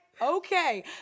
okay